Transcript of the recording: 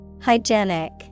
Hygienic